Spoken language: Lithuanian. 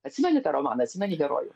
atsimeni tą romaną atsimeni herojų